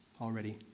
already